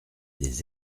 des